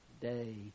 day